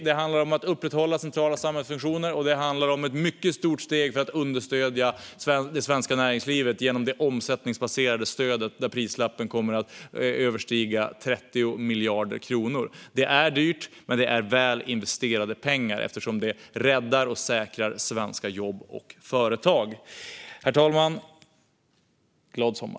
Det handlar om att upprätthålla centrala samhällsfunktioner. Det handlar också om ett mycket stort steg för att understödja det svenska näringslivet genom det omsättningsbaserade stödet, där prislappen kommer att överstiga 30 miljarder kronor. Det är dyrt, men det är väl investerade pengar eftersom det räddar och säkrar svenska jobb och företag. Herr talman! Glad sommar!